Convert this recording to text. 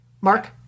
Mark